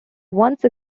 once